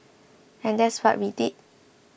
and that's what we did